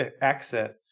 exit